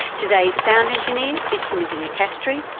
today's sound engineer is timothy nicastri.